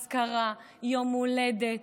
אזכרה, יום הולדת.